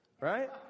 Right